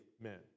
men